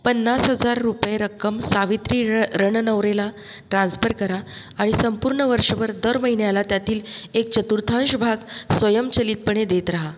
पन्नास हजार रुपये रक्कम सावित्री र रणनवरेला ट्रान्स्फर करा आणि संपूर्ण वर्षभर दर महिन्याला त्यातील एक चतुर्थांश भाग स्वयंचलितपणे देत राहा